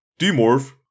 demorph